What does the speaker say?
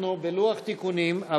אנחנו בלוח תיקונים,